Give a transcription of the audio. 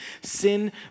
Sin